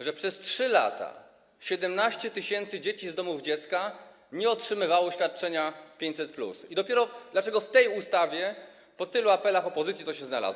że przez 3 lata 17 tys. dzieci z domów dziecka nie otrzymywało świadczenia 500+ i dlaczego dopiero w tej ustawie po tylu apelach opozycji to się znalazło.